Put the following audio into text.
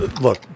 Look